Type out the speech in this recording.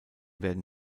werden